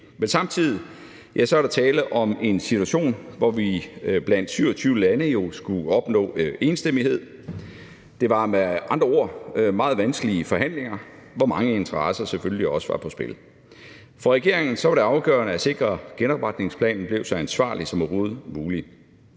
er samtidig tale om en situation, hvor vi blandt 27 lande skulle opnå enstemmighed. Det var med andre ord meget vanskelige forhandlinger, hvor mange interesser selvfølgelig også var på spil. For regeringen var det afgørende at sikre, at genopretningsplanen blev så ansvarlig som overhovedet mulig.